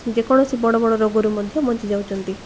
ଯେକୌଣସି ବଡ଼ ବଡ଼ ରୋଗରୁ ମଧ୍ୟ ବଞ୍ଚିଯାଉଛନ୍ତି